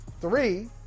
three